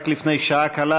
רק לפני שעה קלה,